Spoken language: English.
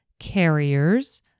Carriers